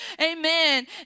amen